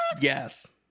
Yes